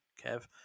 Kev